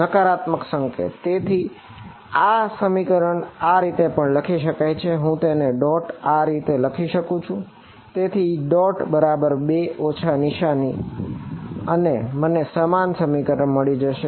નકારાત્મક સંકેત તેથી આ સમીકરણને આ રીતે પણ લખી શકાય શું હું આ ડોટ બરાબર 2 ઓછાની નિશાની અને મને સમાન સમીકરણ મળી જશે